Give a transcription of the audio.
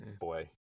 Boy